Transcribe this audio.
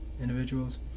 individuals